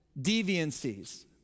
deviancies